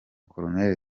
col